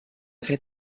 fet